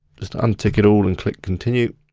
just untick it all and click continue.